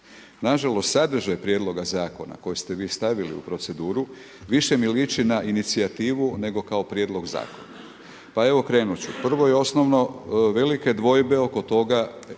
Nažalost, sadržaj prijedloga zakona koji ste vi stavili u proceduru više mi liči na inicijativu nego kao prijedlog zakona. Pa evo krenut ću, prvo i osnovno velike dvojbe oko toga,